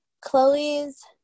Chloe's